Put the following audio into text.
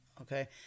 okay